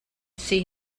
see